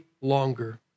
longer